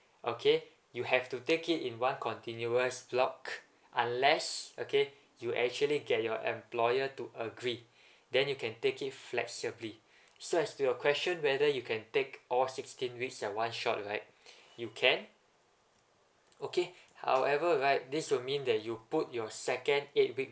okay you have to take it in one continuous block unless okay you actually get your employer to agree then you can take it flexibly so as to your question whether you can take all sixteen weeks at one shot right you can okay however right this will mean that you put your second eight week